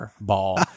ball